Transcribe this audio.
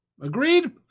Agreed